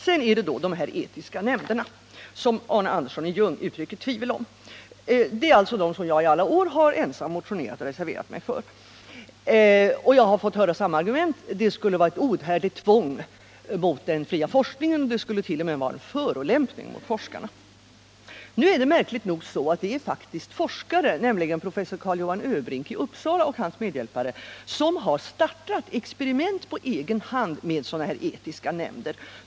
Sedan till frågan om de etiska nämnderna, som Arne Andersson i Ljung uttrycker tvivel om. Det är alltså dem som jag i alla år har ensam motionerat om och reserverat mig för. Jag har alltid fått höra samma argument: de skulle vara ett outhärdligt tvång mot den fria forskningen och de skulle t.o.m. vara en förolämpning mot forskarna. Men nu är det märkligt nog så, att det är just forskare — nämligen professor Karl Johan Öbrink i Uppsala och hans medarbetare — som har startat experiment på egen hand med sådana etiska nämnder.